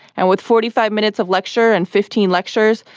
and with forty five minutes of lecture and fifteen lectures,